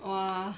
!wah!